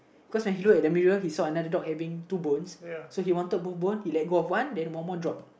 cause when he look at the mirror he saw another dog having two bones so he wanted both bones he let go of one then one more drop